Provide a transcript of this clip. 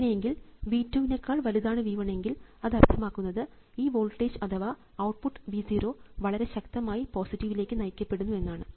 അങ്ങനെയെങ്കിൽ V 2 നെക്കാൾ വലുതാണ് V 1 എങ്കിൽ അത് അർത്ഥമാക്കുന്നത് ഈ വോൾട്ടേജ് അഥവാ ഔട്ട്പുട്ട് V 0 വളരെ ശക്തമായി പോസിറ്റീവിലേക്ക് നയിക്കപ്പെടുന്നു എന്നാണ്